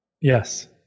Yes